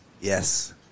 yes